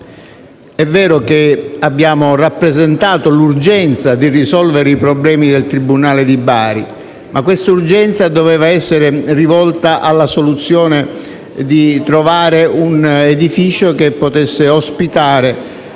È vero che abbiamo rappresentato l'urgenza di risolvere i problemi del tribunale di Bari, ma questa urgenza doveva essere applicata alla ricerca di una soluzione, individuando un edificio che potesse ospitare